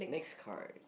next card